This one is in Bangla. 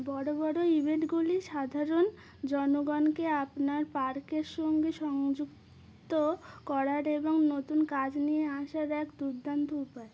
বড়ো বড়ো ইভেন্টগুলি সাধারণ জনগণকে আপনার পার্কের সঙ্গে সংযুক্ত করার এবং নতুন কাজ নিয়ে আসার এক দুর্দান্ত উপায়